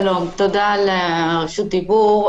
שלום, תודה על רשות הדיבור.